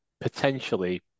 potentially